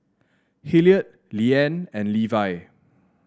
Hilliard Liane and Levy